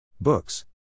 Books